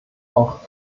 auch